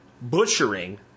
butchering